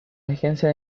agencia